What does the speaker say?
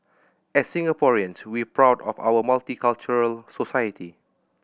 as Singaporeans we're proud of our multicultural society